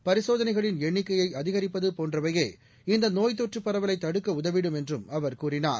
பரிசோதனைகளின் எண்ணிக்கையை முகக்கவசம் அதிகிப்பது போன்றவையே இந்த நோய் தொற்று பரவலை தடுக்க உதவிடும் என்றும் அவர் கூறினார்